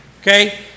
okay